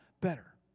better